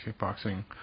kickboxing